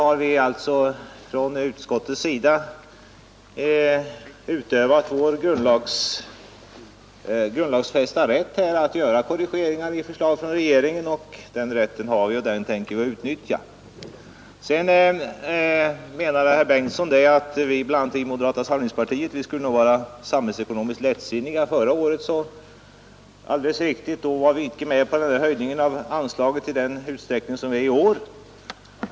Men vi i utskottets majoritet har bara utövat vår grundlagsfästa rätt att göra korrigeringar i förslag från regeringen. Den rätten har vi, och den tänker vi utnyttja. Vidare menar statsrådet Bengtsson att vi i moderata samlingspartiet skulle vara samhällsekonomiskt lättsinniga. Förra året — det är alldeles riktigt — var vi icke med på en höjning av anslaget i den utsträckning som vi är i år.